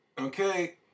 Okay